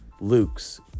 Luke's